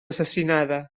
assassinada